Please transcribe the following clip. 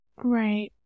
Right